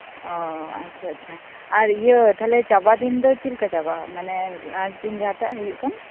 ᱚ ᱟᱪᱷᱟ ᱟᱪᱷᱟ ᱟᱨ ᱤᱭᱟᱹ ᱛᱟᱦᱚᱞᱮ ᱪᱟᱵᱟᱫᱤᱱ ᱫᱚ ᱪᱮᱫᱞᱮᱠᱟ ᱪᱟᱵᱟᱜ ᱟ ᱢᱟᱱᱮ ᱞᱟᱥᱫᱤᱱ ᱡᱟᱦᱟᱸᱴᱟᱜ ᱦᱩᱭᱩᱜ ᱠᱟᱱ